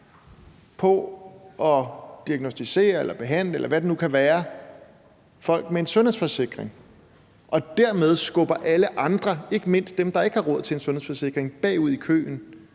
hvad det nu kan være, folk med en sundhedsforsikring og dermed skubber alle andre, ikke mindst dem, der ikke har råd til en sundhedsforsikring, bagud i køen,